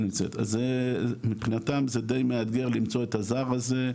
נמצאת, אז מבחינתם זה דיי מאתגר למצוא את הזר הזה,